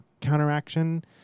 counteraction